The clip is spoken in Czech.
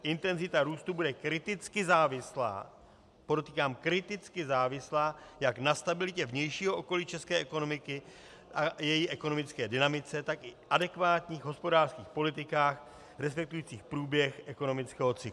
Intenzita růstu bude kriticky závislá podotýkám kriticky závislá jak na stabilitě vnějšího okolí české ekonomiky a její ekonomické dynamice, tak i adekvátních hospodářských politikách, respektujících průběh ekonomického cyklu.